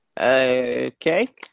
Okay